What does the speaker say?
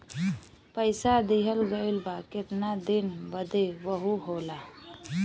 पइसा लिहल गइल बा केतना दिन बदे वहू होला